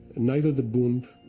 neither the bund,